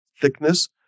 thickness